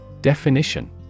Definition